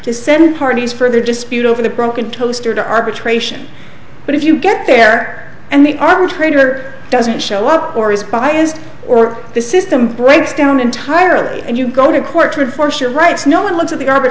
to send parties for their dispute over the broken toaster to arbitration but if you get there and they are a traitor doesn't show up or is biased or the system breaks down entirely and you go to court to enforce your rights no one looks at the arb